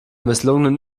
misslungenen